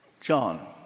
John